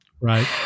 right